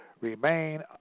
remain